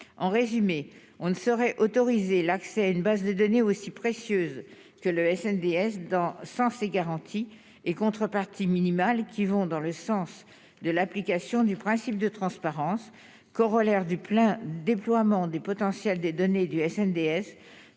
en résumé, on ne saurait autoriser l'accès à une base de données aussi précieuse que le SDS dans sans ces garanties et contreparties minimal qui vont dans le sens de l'application du principe de transparence, corollaire du plein déploiement des potentiels des données du SDS